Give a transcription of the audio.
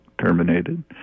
terminated